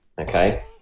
Okay